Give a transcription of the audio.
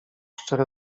szczere